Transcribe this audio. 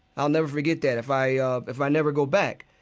i'll never forget that. if i ah if i never go back,